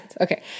Okay